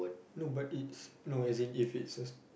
no but it's as in if it's a